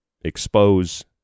expose